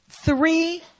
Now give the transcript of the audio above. three